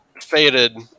faded